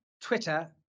Twitter